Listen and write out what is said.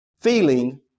feeling